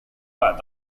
pak